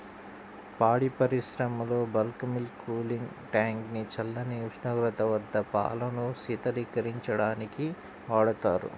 పాడి పరిశ్రమలో bulk milk cooling tank ని చల్లని ఉష్ణోగ్రత వద్ద పాలను శీతలీకరించడానికి వాడతారు